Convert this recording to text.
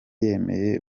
yemeye